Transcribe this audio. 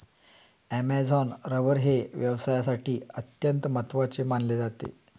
Amazon rubber हे व्यवसायासाठी अत्यंत महत्त्वाचे मानले जाते